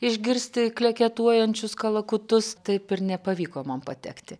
išgirsti kleketuojančius kalakutus taip ir nepavyko man patekti